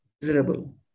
miserable